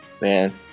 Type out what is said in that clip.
Man